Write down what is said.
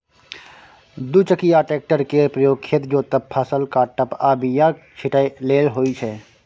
दु चकिया टेक्टर केर प्रयोग खेत जोतब, फसल काटब आ बीया छिटय लेल होइ छै